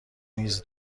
نیز